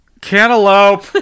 Cantaloupe